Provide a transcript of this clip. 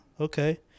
okay